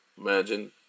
Imagine